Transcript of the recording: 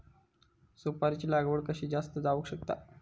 सुपारीची लागवड कशी जास्त जावक शकता?